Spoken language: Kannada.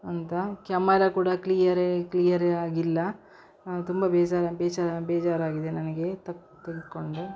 ಅಂತ ಕ್ಯಮರಾ ಕೂಡ ಕ್ಲೀಯರೇ ಕ್ಲಿಯರ್ ಆಗಿಲ್ಲ ತುಂಬ ಬೇಸರ ಬೇಚಾರ ಬೇಜಾರಾಗಿದೆ ನನಗೆ ತಕ್ ತೆಗೆದುಕೊಂಡು